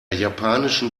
japanischen